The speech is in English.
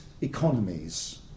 economies